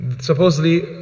Supposedly